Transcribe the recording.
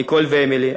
ניקול ואמילי,